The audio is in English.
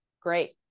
great